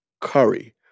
Curry